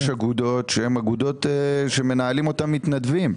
יש אגודות שהן אגודות שמנהלים אותן מתנדבים.